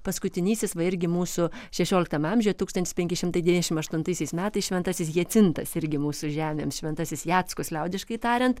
paskutinysis va irgi mūsų šešioliktame amžiuje tūkstantis penki šimtai devyniasdešim aštuntaisiais metais šventasis hiacintas irgi mūsų žemėms šventasis jackus liaudiškai tariant